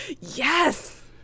Yes